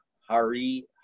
hari